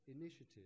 initiative